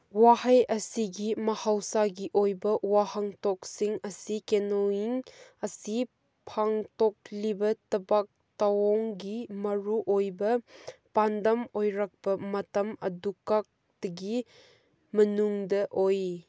ꯋꯥꯍꯩ ꯑꯁꯤꯒꯤ ꯃꯍꯧꯁꯥꯒꯤ ꯑꯣꯏꯕ ꯋꯥꯍꯟꯊꯄꯣꯛꯁꯤꯡ ꯑꯁꯤ ꯀꯦꯅꯣꯌꯤꯡ ꯑꯁꯤ ꯄꯥꯡꯊꯣꯛꯂꯤꯕ ꯇꯕꯛ ꯊꯧꯑꯣꯡꯒꯤ ꯃꯔꯨꯑꯣꯏꯕ ꯄꯥꯟꯗꯝ ꯑꯣꯏꯔꯛꯄ ꯃꯇꯝ ꯑꯗꯨꯈꯛꯇꯒꯤ ꯃꯅꯨꯡꯗ ꯑꯣꯏ